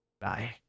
Bye